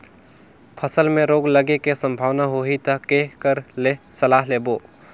फसल मे रोग लगे के संभावना होही ता के कर ले सलाह लेबो?